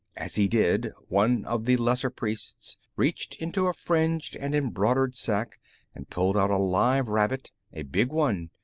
as he did, one of the lesser priests reached into a fringed and embroidered sack and pulled out a live rabbit, a big one,